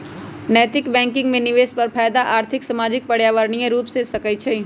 नैतिक बैंकिंग में निवेश पर फयदा आर्थिक, सामाजिक, पर्यावरणीय रूपे हो सकइ छै